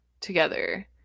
together